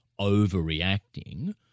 overreacting